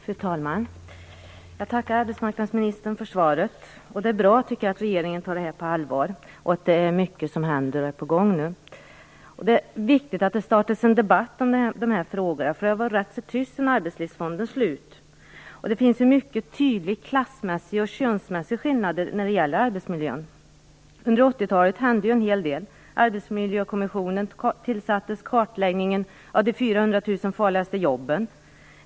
Fru talman! Jag tackar arbetsmarknadsministern för svaret. Det är bra att regeringen tar den här frågan på allvar och att det är mycket som nu är på gång. Det är viktigt att det startas en debatt om den här frågan. Det har varit rätt så tyst sedan Arbetslivsfonden upphörde. Det finns mycket tydliga klass och könsmässiga skillnader när det gäller arbetsmiljön. Det hände en hel del under 80-talet. Arbetsmiljökommissionen tillsattes. Det skedde en kartläggning av de 400 000 farligaste jobben.